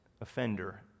offender